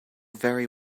very